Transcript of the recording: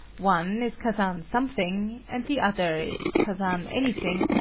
one is kazan something and the other is kazan anything,